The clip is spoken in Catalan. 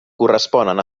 corresponen